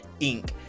inc